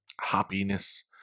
happiness